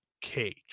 cage